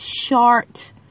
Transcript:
short